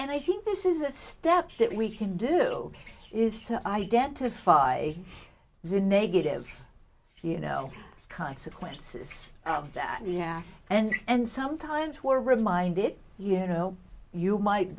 and i think this is a step that we can do is to identify the negative you know consequences yeah and and sometimes we're reminded you know you might